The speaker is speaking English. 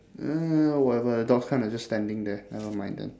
uh whatever the dog's kind of just standing there never mind then